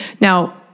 Now